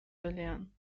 belehren